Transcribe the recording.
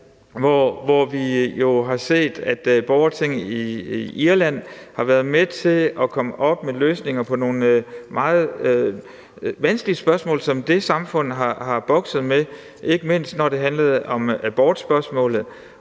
hvor vi jo har set, at borgertinget dér har været med til at komme op med løsninger på nogle meget vanskelige spørgsmål, som det samfund har bokset med, ikke mindst når det handlede om abortspørgsmålet,